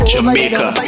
Jamaica